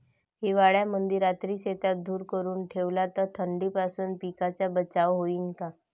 हिवाळ्यामंदी रात्री शेतात धुर करून ठेवला तर थंडीपासून पिकाचा बचाव होईन का?